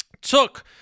took